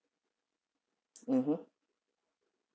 mmhmm